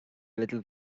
little